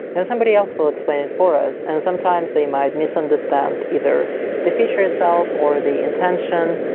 then somebody else will explain it for us. and sometimes they might misunderstand either the feature itself, or the intention,